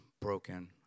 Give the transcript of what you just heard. broken